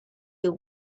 your